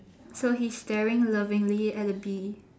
so he's staring lovingly at a bee